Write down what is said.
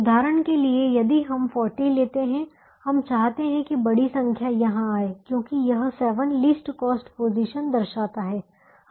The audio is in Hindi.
उदाहरण के लिए यदि हम यह 40 लेते हैं हम चाहते हैं कि बड़ी संख्या यहां आए क्योंकि यह 7 लीस्ट कॉस्ट पोजीशन दर्शाता है